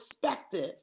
perspective